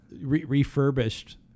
refurbished